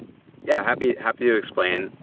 yeah, happy happy to explain.